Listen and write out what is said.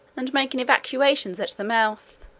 and making evacuations at the mouth.